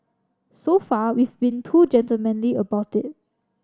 so far we've been too gentlemanly about it